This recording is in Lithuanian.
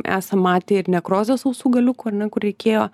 esam matę ir nekrozės ausų galiukų ar ne kur reikėjo